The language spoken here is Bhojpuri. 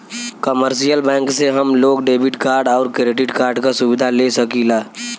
कमर्शियल बैंक से हम लोग डेबिट कार्ड आउर क्रेडिट कार्ड क सुविधा ले सकीला